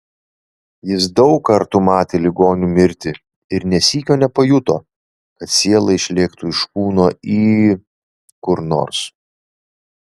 jis daug kartų matė ligonių mirtį ir nė sykio nepajuto kad siela išlėktų iš kūno į kur nors